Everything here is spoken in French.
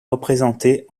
représenté